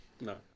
No